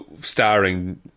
starring